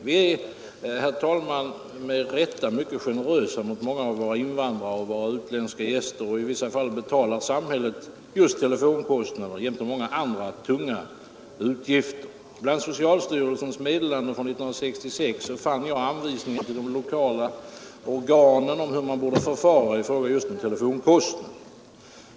Vi är, herr talman, med rätta mycket generösa mot många av våra invandrare och våra utländska gäster, och i vissa fall betalar samhället just telefonkostnader jämte många andra tunga utgifter för dem. Bland socialstyrelsens meddelanden från år 1966 har jag funnit anvisningar till de lokala organen om hur man borde förfara i fråga om just telefonkostnader.